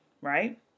right